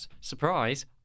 Surprise